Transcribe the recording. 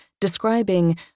describing